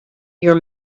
your